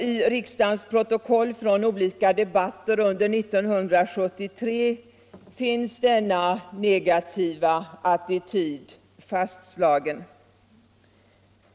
I riksdagens protokoll från olika debatter under 1973 finns denna negativa attityd fastslagen.